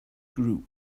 group